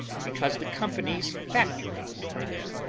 because the company's factories are there,